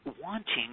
wanting